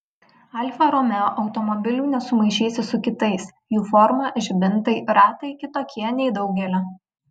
alfa romeo automobilių nesumaišysi su kitais jų forma žibintai ratai kitokie nei daugelio